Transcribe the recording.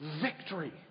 victory